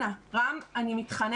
אנא, רם, אני מתחננת.